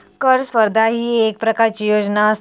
कर स्पर्धा ही येक प्रकारची योजना आसा